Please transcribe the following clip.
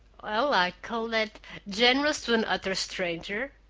well, i call that generous to an utter stranger!